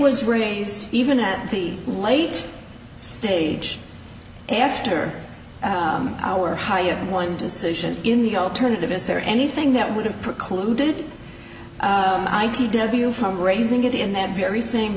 was raised even at the late stage after our high of one decision in the alternative is there anything that would have precluded i t w from raising it in that very same